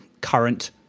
current